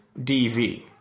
DV